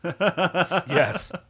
yes